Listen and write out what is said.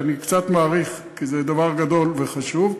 אני קצת מאריך, כי זה דבר גדול וחשוב.